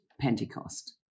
Pentecost